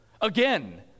Again